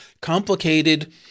complicated